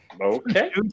Okay